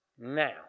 Now